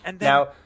Now –